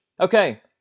Okay